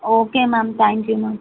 okay ma'am thank you ma'am